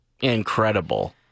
incredible